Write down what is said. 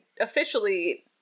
officially